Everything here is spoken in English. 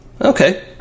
okay